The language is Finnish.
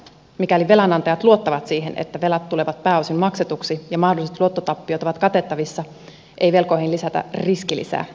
mikäli velanantajat luottavat siihen että velat tulevat pääosin maksetuiksi ja mahdolliset luottotappiot ovat katettavissa ei velkoihin lisätä riskilisää